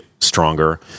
stronger